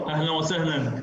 (תרגום חופשי מערבית): בוקר אור, אהלן וסהלן,